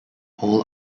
all